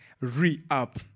Re-Up